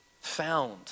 found